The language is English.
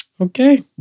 Okay